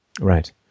Right